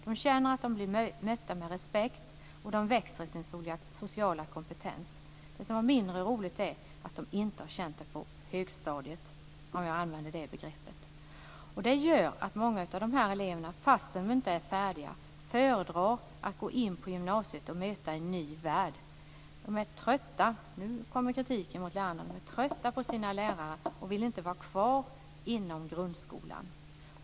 De känner att de blir mötta med respekt, och de växer i sin sociala kompetens. Det som är mindre roligt är att de inte har känt det så på högstadiet. Detta gör att många av dessa elever, även om de inte är färdiga, föredrar att gå över till gymnasiet och möta en ny värld. Och nu kommer kritiken mot lärarna: De är trötta på sina lärare och vill inte vara kvar i grundskolan.